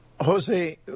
Jose